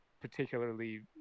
particularly